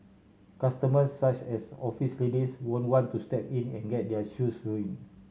customers such as office ladies won't want to step in and get their shoes ruined